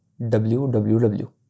www